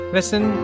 Listen